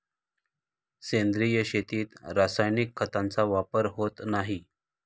सेंद्रिय शेतीत रासायनिक खतांचा वापर होत नाही